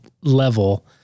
level